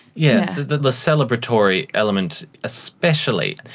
yeah the the celebratory element especially,